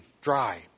dry